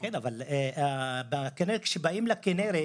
באמת להביע תודה בשם הוועדה על התושייה.